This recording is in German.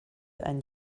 ein